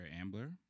Ambler